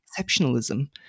exceptionalism